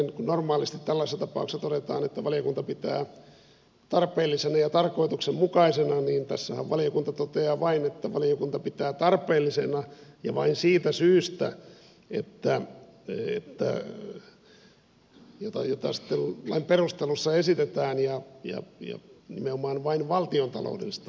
kun normaalisti tällaisessa tapauksessa todetaan että valiokunta pitää tarpeellisena ja tarkoituksenmukaisena niin tässähän valiokunta toteaa vain että valiokunta pitää tarpeellisena ja nimenomaan vain valtiontaloudellisista syistä kuten lain perusteluissa esitetään ja jos minä voin vain valtiontaloudellista